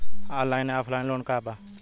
Online या offline loan का बा?